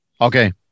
okay